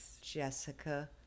Jessica